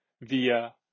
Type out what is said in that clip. via